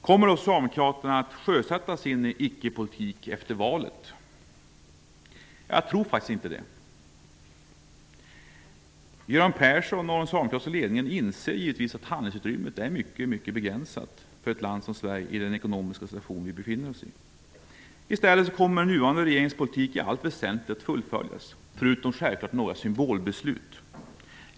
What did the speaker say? Kommer Socialdemokraterna att sjösätta sin ickepolitik efter valet? Jag tror faktiskt inte det. Göran Persson och den socialdemokratiska ledningen inser givetvis att handlingsutrymmet är mycket begränsat i den ekonomiska situation landet befinner sig i. I stället kommer den nuvarande regeringens politik i allt väsentlig fullföljas, förutom några symbolbeslut.